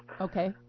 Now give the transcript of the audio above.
Okay